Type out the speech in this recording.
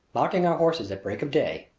mounting our horses at break of day,